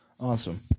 Awesome